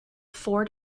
ford